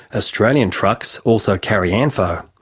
australian trucks also carry anfo,